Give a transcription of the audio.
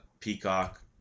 Peacock